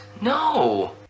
no